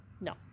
no